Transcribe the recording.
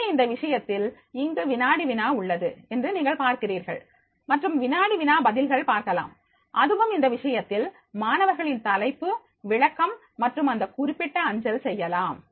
எனவே இந்த விஷயத்தில் இங்கு வினாடி வினா உள்ளது என்று நீங்கள் பார்க்கிறீர்கள் மற்றும் வினாடி வினா பதில்கள் பார்க்கலாம் அதுவும் இந்த விஷயத்தில் மாணவர்களின் தலைப்பு விளக்கம் மற்றும் அந்தக் குறிப்பிட்ட அஞ்சல் செய்யலாம்